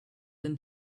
than